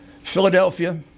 Philadelphia